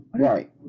right